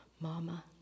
Mama